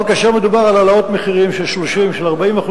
אבל כאשר מדובר על העלאות מחירים של 30% ושל 40%,